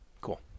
Cool